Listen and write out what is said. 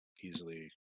easily